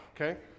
okay